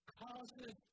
causes